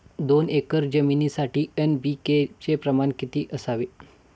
दोन एकर जमीनीसाठी एन.पी.के चे प्रमाण किती असावे?